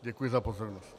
Děkuji za pozornost.